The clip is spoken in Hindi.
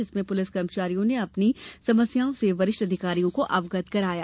जिसमें पुलिस कर्मचारियों ने अपनी समस्याओं से वरिष्ठ अधिकारियों को अवगत कराया